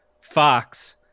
Fox